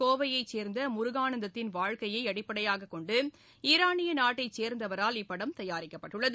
கோவையை சேர்ந்த முருகானந்ததின் வாழ்க்கையை அடிப்படையாக கொண்டு ஈரானிய நாட்டைச் சேர்ந்தவரால் இப்படம் தயாரிக்கப்பட்டுள்ளது